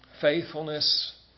faithfulness